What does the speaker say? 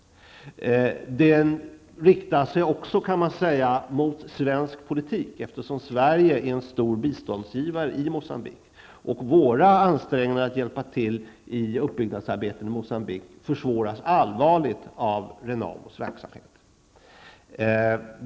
Den riktar sig också, kan man säga, mot svensk politik, eftersom Sverige är en stor biståndsgivare i Moçambique. Våra ansträngningar att hjälpa till vid uppbyggnadsarbeten i Moçambique försvåras allvarligt av Renamos verksamhet.